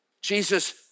Jesus